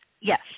Yes